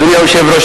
אדוני היושב-ראש,